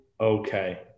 okay